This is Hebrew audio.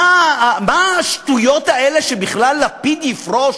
מה השטויות האלה שלפיד יפרוש